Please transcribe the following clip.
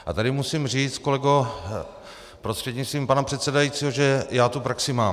A tady musím říct, kolego prostřednictvím pana předsedajícího, že já tu praxi mám.